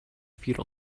feudal